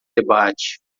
debate